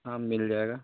हाँ मिल जाएगा